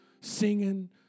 singing